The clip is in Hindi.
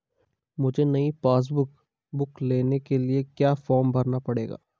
मुझे नयी पासबुक बुक लेने के लिए क्या फार्म भरना पड़ेगा?